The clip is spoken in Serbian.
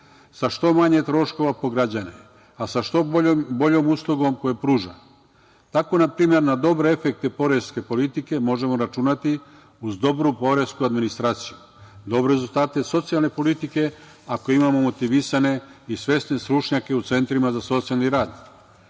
sa što manje troškova po građane, a sa što boljom uslugom koju pruža. Tako, na primer, na dobre efekte poreske politike možemo računati uz dobru poresku administraciju, dobre rezultate socijalne politike ako imamo motivisane i svesne stručnjake u centrima za socijalni rad,